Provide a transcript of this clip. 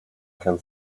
can